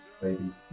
Baby